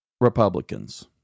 Republicans